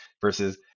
versus